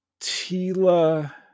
Tila